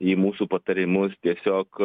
į mūsų patarimus tiesiog